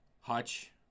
Hutch